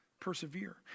Persevere